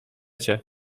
cię